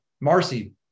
Marcy